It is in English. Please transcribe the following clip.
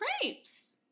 Crepes